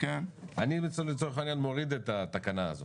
אני לצורך העניין מוריד את התקנה הזאת,